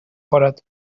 خورد